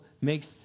makes